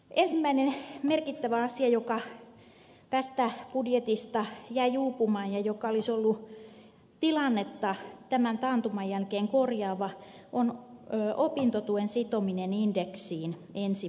ensimmäinen merkittävä asia joka tästä budjetista jäi uupumaan ja joka olisi ollut tilannetta tämän taantuman jälkeen korjaava on opintotuen sitominen indeksiin jo ensi vuonna